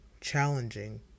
challenging